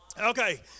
Okay